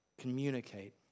communicate